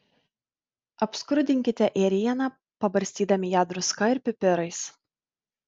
apskrudinkite ėrieną pabarstydami ją druska ir pipirais